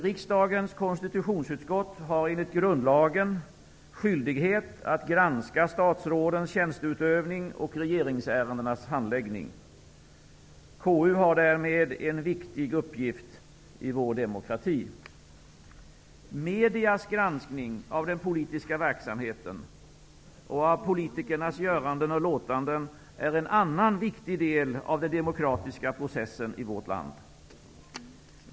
Riksdagens konstitutionsutskott har enligt grundlagen skyldighet att granska statsrådens tjänsteutövning och regeringsärendenas handläggning. KU har därmed en viktig uppgift i vår demokrati. Mediernas granskning av den politiska verksamheten och av politikernas göranden och låtanden är en annan viktig del av den demokratiska processen i vårt land.